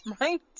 Right